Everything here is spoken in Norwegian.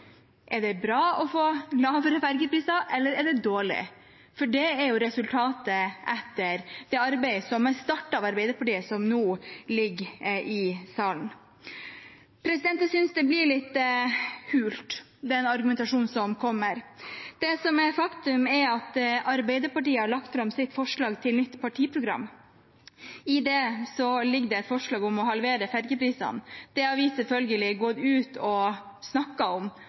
er det dårlig? Er det bra å få lavere fergepriser, eller er det dårlig? For det er jo resultatet av det arbeidet som ble startet av Arbeiderpartiet, som nå ligger i salen. Jeg synes den argumentasjonen som kommer, blir litt hul. Det som er et faktum, er at Arbeiderpartiet har lagt fram sitt forslag til nytt partiprogram, og i det ligger det et forslag om å halvere fergeprisene. Det har vi selvfølgelig gått ut og snakket om